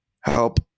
help